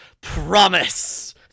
promise